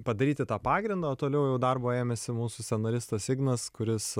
padaryti tą pagrindą o toliau jau darbo ėmėsi mūsų scenaristas ignas kuris